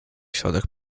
środek